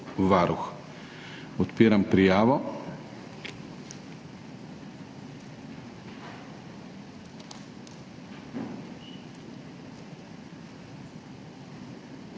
varuh. Odpiram prijavo.